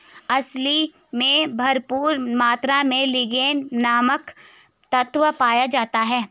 अलसी में भरपूर मात्रा में लिगनेन नामक तत्व पाया जाता है